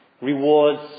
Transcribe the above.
rewards